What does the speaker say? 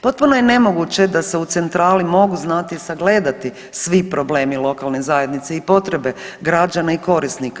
Potpuno je nemoguće da se u centrali mogu znati i sagledati svi problemi lokalne zajednice i potrebe građana i korisnika.